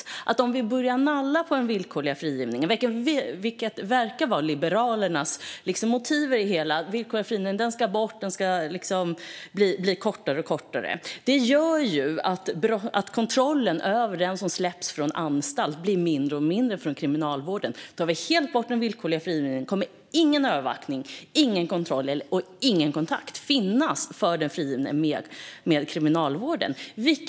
Säg att vi börjar nagga på den villkorliga frigivningen, vilket verkar vara Liberalernas motiv i det hela - den villkorliga frigivningen ska bort; den ska bli kortare och kortare. Det gör ju att Kriminalvårdens kontroll över den som släpps från anstalt blir mindre och mindre. Tar vi helt bort den villkorliga frigivningen kommer ingen övervakning, ingen kontroll och ingen kontakt med Kriminalvården att finnas för den frigivne.